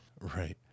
right